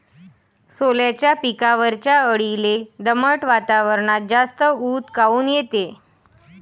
सोल्याच्या पिकावरच्या अळीले दमट वातावरनात जास्त ऊत काऊन येते?